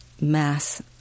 mass